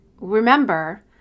remember